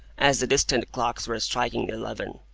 as the distant clocks were striking eleven.